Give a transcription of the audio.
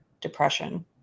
depression